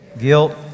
Guilt